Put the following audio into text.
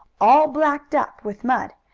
all blacked up with mud,